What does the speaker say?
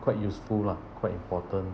quite useful lah quite important